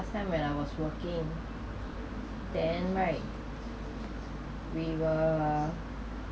last time I was working then right we were